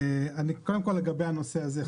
קודם כול לגבי הנושא הזה,